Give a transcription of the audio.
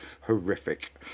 horrific